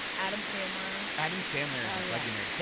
adam sandler. adam sandler is like legendary. so